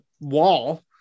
wall